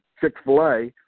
Chick-fil-A